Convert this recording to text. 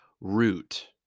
root